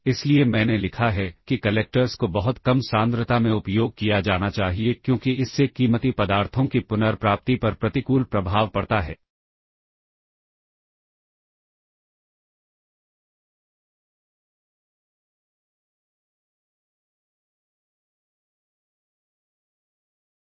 इसके पश्चात यह रिटर्न इंस्ट्रक्शन को खोजेगा और तब स्टॉक के बाहर पॉप करेगा ताकि रिटर्न ऐड्रेस मिल सके